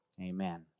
Amen